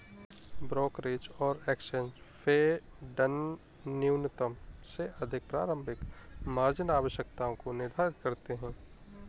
brokerage और exchange फेडन्यूनतम से अधिक प्रारंभिक मार्जिन आवश्यकताओं को निर्धारित करते हैं